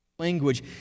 Language